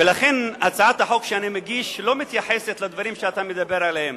ולכן הצעת החוק שאני מגיש לא מתייחסת לדברים שאתה מדבר עליהם.